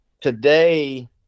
today